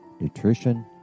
nutrition